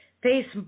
Face